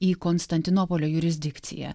į konstantinopolio jurisdikciją